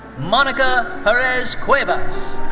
monica perez cuevas.